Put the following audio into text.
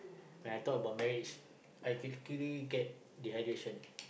when I talk about marriage I quickly get the edition